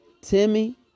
Timmy